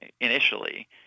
initially